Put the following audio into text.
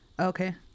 Okay